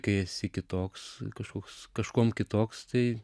kai esi kitoks kažkoks kažkuom kitoks tai